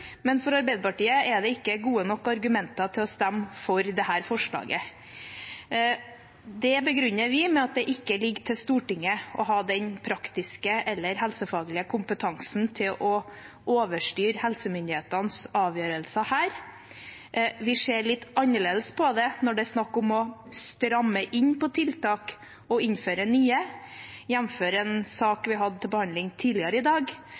men for Arbeiderpartiet er det ikke gode nok argumenter til å stemme for dette forslaget. Det begrunner vi med at det ikke ligger til Stortinget å ha den praktiske eller helsefaglige kompetansen til å overstyre helsemyndighetenes avgjørelser her. Vi ser litt annerledes på det når det er snakk om å stramme inn på tiltak og innføre nye, jf. en sak vi hadde til behandling tidligere i dag,